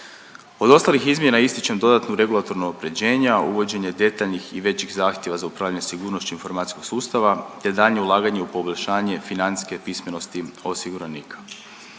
Od ostalih izmjena ističem dodatno regulatorno unaprjeđenje, a uvođenje detaljnih i većih zahtjeva za upravljanju sigurnošću informacijskog sustava, te daljnje ulaganje u poboljšanje financijske pismenosti osiguranika.